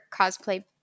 cosplay